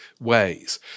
ways